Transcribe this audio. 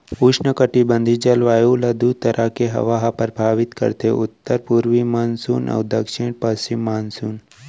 उस्नकटिबंधीय जलवायु ल दू तरह के हवा ह परभावित करथे उत्तर पूरवी मानसून अउ दक्छिन पस्चिम मानसून